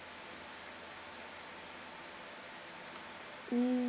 mm~